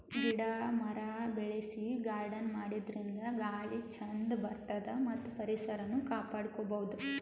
ಗಿಡ ಮರ ಬೆಳಸಿ ಗಾರ್ಡನ್ ಮಾಡದ್ರಿನ್ದ ಗಾಳಿ ಚಂದ್ ಬರ್ತದ್ ಮತ್ತ್ ಪರಿಸರನು ಕಾಪಾಡ್ಕೊಬಹುದ್